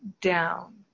down